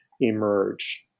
emerge